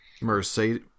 Mercedes